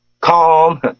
calm